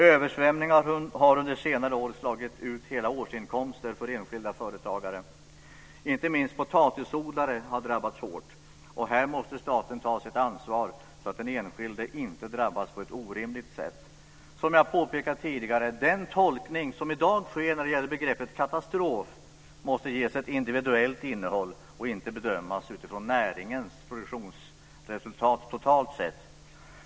Översvämningar har under senare år slagit ut hela årsinkomster för enskilda företagare. Inte minst potatisodlare har drabbats hårt. Här måste staten ta sitt ansvar så att den enskilde inte drabbas på ett orimligt sätt. Som jag har påpekat tidigare så måste den tolkning som i dag görs när det gäller begreppet katastrof ges ett individuellt innehåll och inte bedömas utifrån näringens produktionsresultat totalt sett.